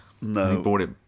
No